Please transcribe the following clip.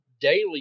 daily